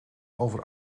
over